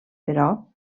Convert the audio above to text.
però